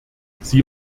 sie